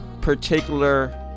particular